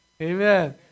Amen